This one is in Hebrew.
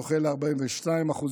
זוכה ל-42%,